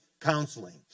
counseling